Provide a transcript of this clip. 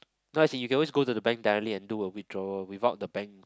no as in you can always go to the bank directly and do a withdrawal without the bank